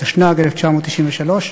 התשנ"ג 1993,